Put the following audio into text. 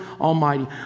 almighty